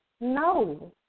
No